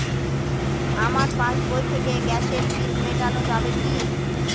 আমার পাসবই থেকে গ্যাসের বিল মেটানো যাবে কি?